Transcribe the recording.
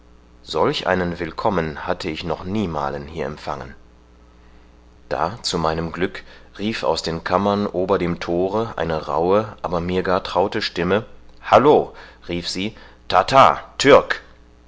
solch einen willkommen hatte ich noch niemalen hier empfangen da zu meinem glück rief aus den kammern ober dem thore eine rauhe aber mir gar traute stimme hallo rief sie tartar türk